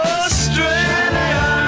Australia